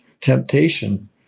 temptation